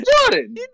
Jordan